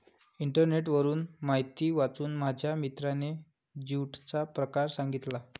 इंटरनेटवरून माहिती वाचून माझ्या मित्राने ज्यूटचा प्रकार सांगितला